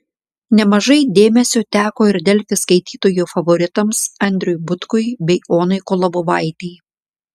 nemažai dėmesio teko ir delfi skaitytojų favoritams andriui butkui bei onai kolobovaitei